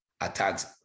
attacks